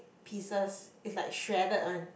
pieces is like shredded one